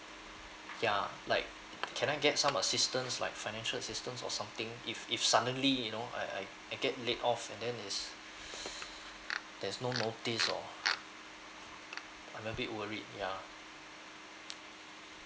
ya like can I get some assistance like financial assistance or something if if suddenly you know I I I get laid off and then there's there's no notice or I'm a bit worried ya